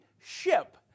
ship